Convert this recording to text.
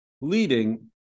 leading